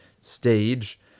stage